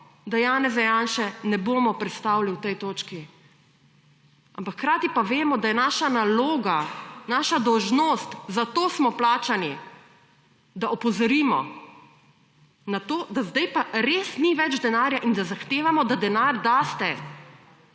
da Janeza Janše ne bomo prestavili v tej točki, ampak hkrati pa vemo, da je naša naloga, naša dolžnost, zato smo plačani, da opozorimo na to, da zdaj pa res ni več denarja in da zahtevamo, da denar date